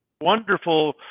wonderful